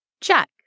Check